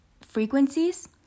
frequencies